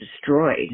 destroyed